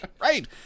Right